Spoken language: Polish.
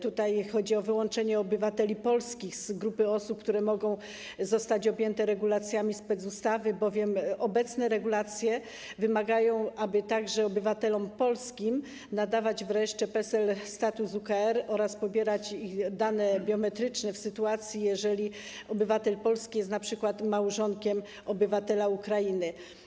Tutaj chodzi o wyłączenie obywateli polskich z grupy osób, które miały zostać objęte regulacjami specustawy, bowiem obecne regulacje wymagają, aby także obywatelom Polski nadawać w rejestrze PESEL status UKR oraz pobierać ich dane biometryczne, w sytuacji gdy obywatel Polski jest np. małżonkiem obywatela Ukrainy.